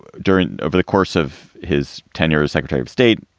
during over the course of his tenure as secretary of state.